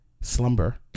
slumber